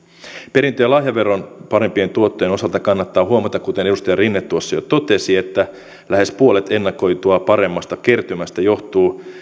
perintö ja lahjaveron parempien tuottojen osalta kannattaa huomata kuten edustaja rinne tuossa jo totesi että lähes puolet ennakoitua paremmasta kertymästä johtuu